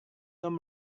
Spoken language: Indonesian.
tom